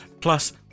Plus